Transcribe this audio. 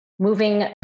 moving